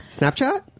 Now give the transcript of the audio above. Snapchat